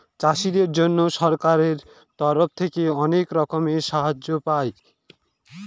চাষীদের জন্য সরকারের তরফ থেকে অনেক রকমের সাহায্য পায়